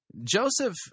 Joseph